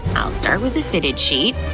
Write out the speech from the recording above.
i'll start with the fitted sheet.